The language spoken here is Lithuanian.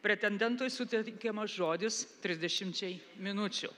pretendentui suteikiamas žodis trisdešimčiai minučių